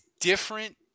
different